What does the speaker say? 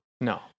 no